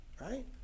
right